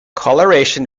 coloration